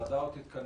הוועדה עוד תתכנס.